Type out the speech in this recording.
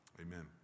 Amen